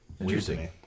interesting